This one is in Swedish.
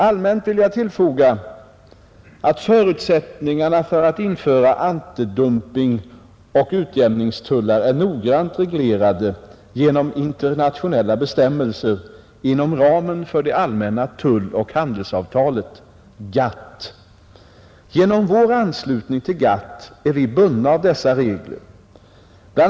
Allmänt vill jag tillfoga att förutsättningarna för att införa antidumpingoch utjämningstullar är noggrant reglerade genom internationella bestämmelser inom ramen för det allmänna tulloch handelsavtalet . Genom vår anslutning till GATT är vi bundna av dessa regler. Bl.